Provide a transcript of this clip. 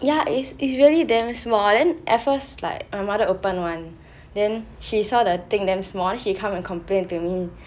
ya is is really damn small then at first like my mother open one then she saw the thing damn small she come and complain to me